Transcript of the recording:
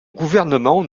gouvernement